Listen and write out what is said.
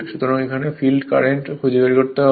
সুতরাং এখানে field current খুঁজে বের করতে হবে